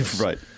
Right